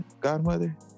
godmother